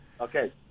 okay